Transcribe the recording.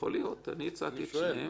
יכול להיות, אני הצעתי את שתיהן.